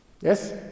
Yes